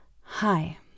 Hi